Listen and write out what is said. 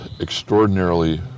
extraordinarily